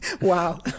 Wow